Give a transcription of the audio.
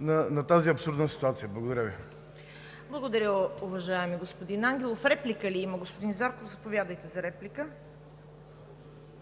на тази абсурдна ситуация. Благодаря Ви. ПРЕДСЕДАТЕЛ ЦВЕТА КАРАЯНЧЕВА: Благодаря Ви, уважаеми господин Ангелов. Реплика ли има, господин Зарков? Заповядайте за реплика.